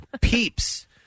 Peeps